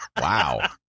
Wow